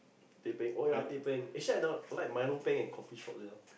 teh peng oh ya teh peng actually I don't like Milo peng in coffeeshop sia